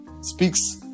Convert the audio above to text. speaks